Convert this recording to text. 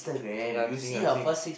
ya I'm seeing I'm seeing